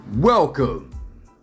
Welcome